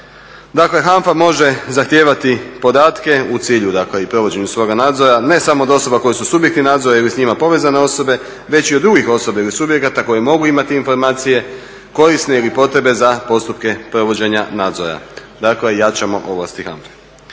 Dakle, HANFA može zahtijevati podatke u cilju dakle i provođenju svoga nadzora ne samo od osoba koje su subjekti nadzora ili s njima povezane osobe već i od drugih osoba ili subjekata koji mogu imati informacije korisne ili potrebite za postupke provođenja nadzora. Dakle, jačamo ovlasti HANFA-e.